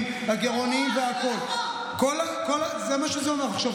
זה לא מה שהקרן אומרת.